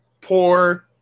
poor